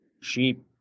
Sheep